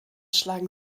schlagen